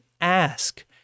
ask